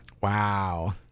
Wow